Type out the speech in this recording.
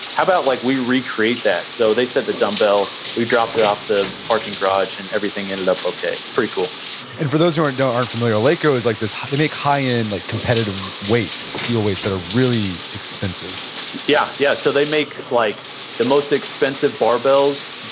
how about like we recreate that? so they sent the dumbbell, we dropped it off the parking garage and everything ended up okay, it's pretty cool and for those who aren't familiar, eleiko is like this, they make high-end like competitive weights, steel weights that are really expensive yeah, yeah, so they make, like the most expensive barbells,